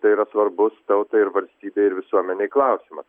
tai yra svarbus tautai ir valstybei ir visuomenei klausimas